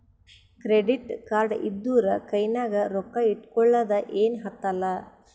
credit card ಇದ್ದೂರ ಕೈನಾಗ್ ರೊಕ್ಕಾ ಇಟ್ಗೊಳದ ಏನ್ ಹತ್ತಲಾ